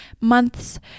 months